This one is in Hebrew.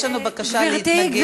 יש לנו בקשה להתנגד.